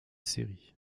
série